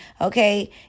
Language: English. okay